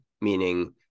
Meaning